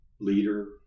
leader